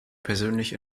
persönlich